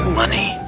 money